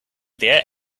there